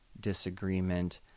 disagreement